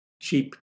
cheap